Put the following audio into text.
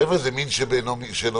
חבר'ה, זה מין שאינו במינו.